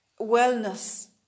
wellness